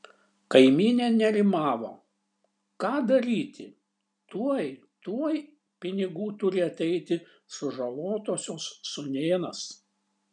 kaimynė nerimavo ką daryti tuoj tuoj pinigų turi ateiti sužalotosios sūnėnas